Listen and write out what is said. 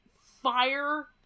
fire